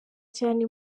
cyane